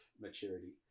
maturity